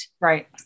Right